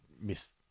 miss